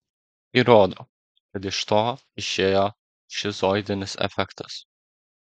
įrodo kad iš to išėjo šizoidinis efektas